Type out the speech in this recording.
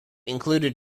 included